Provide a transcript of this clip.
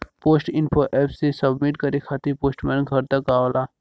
post info app से submit करे खातिर पोस्टमैन घर तक आवला